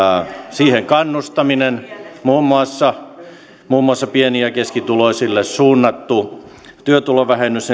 siihen kannustaminen muun muassa muun muassa pieni ja keskituloisille suunnattu työtulovähennys